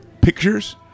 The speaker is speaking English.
Pictures